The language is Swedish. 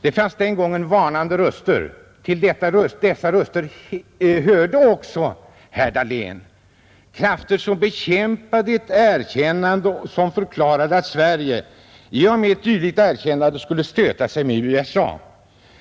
Det fanns den gången varnande röster — till dessa hörde också herr Dahlén — alltså krafter som kämpade mot ett erkännande med förklaring att Sverige i och med ett dylikt erkännande skulle stöta sig med USA.